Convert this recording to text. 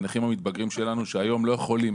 הנכים המתבגרים שלנו, שהיום לא יכולים